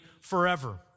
forever